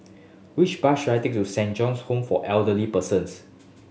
which bus should I take to Saint John's Home for Elderly Persons